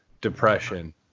depression